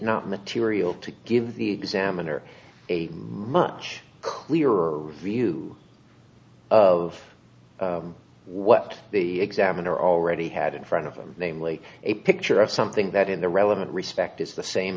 not material to give the examiner a much clearer view of what the examiner already had in front of him namely a picture of something that in the relevant respect is the same